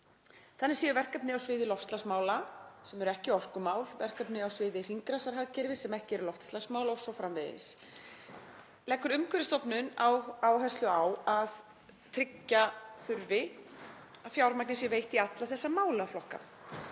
Þannig séu verkefni á sviði loftslagsmála sem séu ekki orkumál, verkefni á sviði hringrásarhagkerfisins sem ekki séu loftslagsmál o.s.frv. Leggur Umhverfisstofnun áherslu á að tryggja þurfi að fjármagn sé veitt í alla þessa málaflokka,